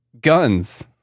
guns